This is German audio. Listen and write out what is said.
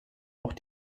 auch